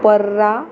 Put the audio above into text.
पर्रा